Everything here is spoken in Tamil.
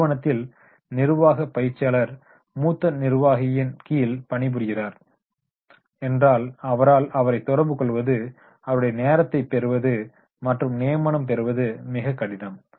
ஒரு நிறுவத்தில் நிர்வாகப் பிற்சியாளர் மூத்த நர்வாகியின் கீழ் பணிபுரிகிறார் என்றால் அவரால் அவரை தொடர்புகொள்வது அவருடைய நேரத்தை பெறுவது மற்றும் நியமனம் பெறுவது மிக கடினம்